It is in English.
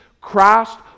Christ